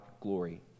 glory